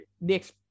next